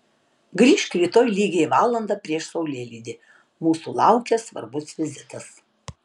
grįžk rytoj lygiai valandą prieš saulėlydį mūsų laukia svarbus vizitas